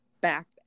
back